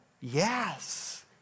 Yes